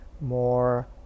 more